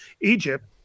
Egypt